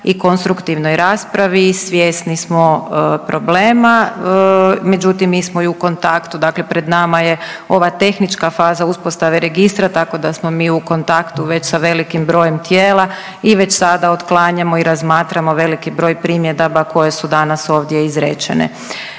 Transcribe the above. i konstruktivnoj raspravi. Svjesni smo problema, međutim mi smo i u kontaktu, dakle pred nama je ova tehnička faza uspostave registra tako da smo mi u kontaktu već sa velikim brojem tijela i već sada otklanjamo i razmatramo veliki broj primjedaba koje su danas ovdje izrečene.